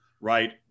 right